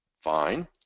fine